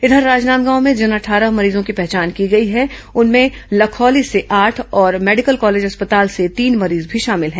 इंधर राजनादगांव में जिन अट्ठारह मरीजों की पहचान की गई है उनमें लखौली से आठ और मेडिकल कॉलेज अस्पताल से तीन मरीज भी शामिल हैं